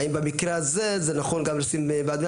האם במקרה הזה זה נכון גם לשים ועד מנהל?